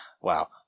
wow